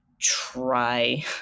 Try